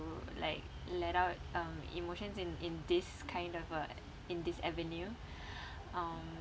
to like let out um emotions in in this kind of uh in this avenue um